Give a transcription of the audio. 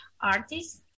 artists